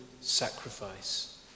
sacrifice